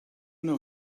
know